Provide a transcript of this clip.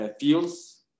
fields